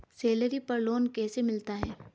Salary पर loan कैसे मिलता है?